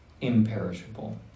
imperishable